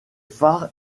phares